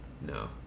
no